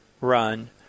run